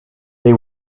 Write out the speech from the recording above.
they